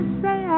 say